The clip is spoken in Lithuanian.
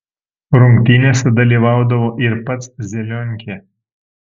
rungtynėse dalyvaudavo ir pats zelionkė